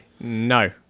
No